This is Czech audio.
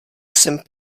jsem